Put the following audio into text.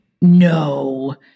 No